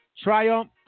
Triumph